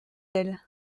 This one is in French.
elle